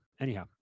Anyhow